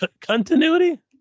Continuity